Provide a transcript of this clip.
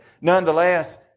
nonetheless